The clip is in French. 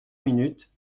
minutes